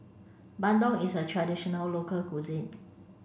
Bandung is a traditional local cuisine